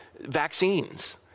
vaccines